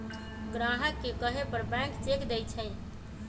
ग्राहक के कहे पर बैंक चेक देई छई